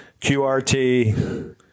QRT